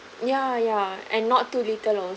yeah yeah and not too little also